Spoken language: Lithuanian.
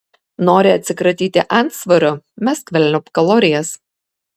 nori atsikratyti antsvorio mesk velniop kalorijas